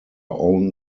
own